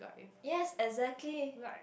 yes exactly